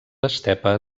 estepa